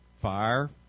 fire